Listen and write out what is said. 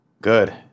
Good